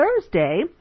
Thursday